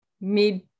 mid